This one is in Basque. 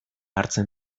hartzen